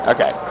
Okay